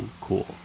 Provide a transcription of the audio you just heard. cool